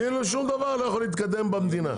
כאילו ששום דבר לא יכול להתקדם במדינה.